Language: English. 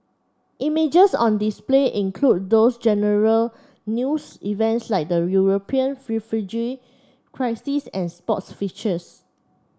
images on display include those general news events like the European refugee crisis and sports features